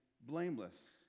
blameless